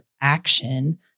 action